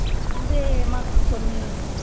అదే మాకు కొన్ని